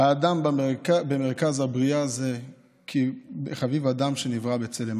האדם במרכז הבריאה זה כי "חביב אדם שנברא בצלם".